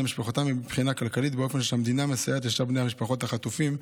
משפחתם מבחינה כלכלית באופן שבו המדינה מסייעת לשאר בני משפחות החטופים.